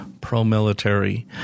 pro-military